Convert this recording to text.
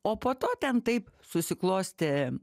o po to ten taip susiklostė